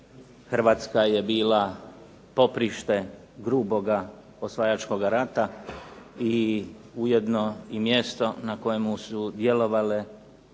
Hrvatska je bila poprište gruboga osvajačkog rada i ujedno i mjesto na kojemu su djelovale